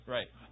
Right